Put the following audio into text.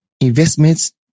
investments